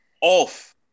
off